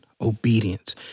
obedience